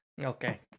Okay